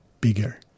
bigger